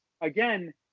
Again